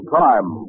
time